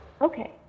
Okay